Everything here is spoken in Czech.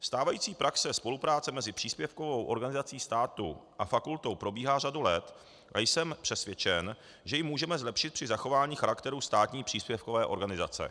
Stávající praxe spolupráce mezi příspěvkovou organizací státu a fakultou probíhá řadu let a jsem přesvědčen, že ji můžeme zlepšit při zachování charakteru státní příspěvkové organizace.